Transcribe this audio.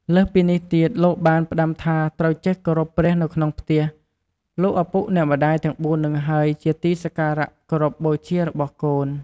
លើសពីនេះទៀតលោកបាន ផ្តាំថាត្រូវចេះគោរពព្រះនៅក្នុងផ្ទះ លោកឪពុកអ្នកម្តាយទាំងបួននឹងហើយជាទីសក្ការៈគោរពបូជារបស់កូន។